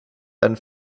and